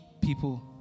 people